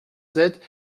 sept